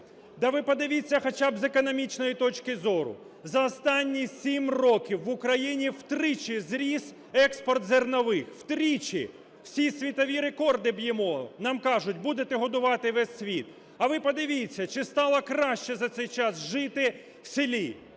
Да ви подивіться хоча б з економічної точки зору. За останні 7 років в Україні втричі зріс експорт зернових. Втричі! Всі світові рекорди б'ємо. Нам кажуть: будете годувати весь світ. А ви подивіться, чи стало краще за цей час жити в селі,